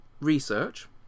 research